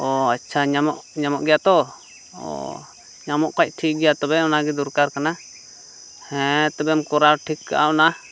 ᱚ ᱟᱪᱪᱷᱟ ᱧᱟᱢᱚᱜ ᱧᱟᱢᱚᱜ ᱜᱮᱭᱟ ᱛᱚ ᱚ ᱧᱟᱢᱚᱜ ᱠᱷᱟᱱ ᱴᱷᱤᱠ ᱜᱮᱭᱟ ᱛᱚᱵᱮ ᱚᱱᱟᱜᱮ ᱫᱚᱨᱠᱟᱨ ᱠᱟᱱᱟ ᱦᱮᱸ ᱛᱚᱵᱮᱢ ᱠᱚᱨᱟᱣ ᱴᱷᱤᱠ ᱠᱟᱜᱼᱟ ᱚᱱᱟ